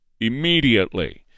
immediately